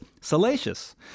salacious